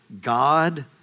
God